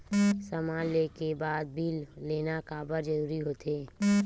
समान ले के बाद बिल लेना काबर जरूरी होथे?